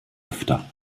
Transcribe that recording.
öfter